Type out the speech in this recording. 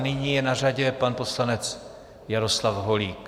Nyní je na řadě pan poslanec Jaroslav Holík.